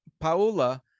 paula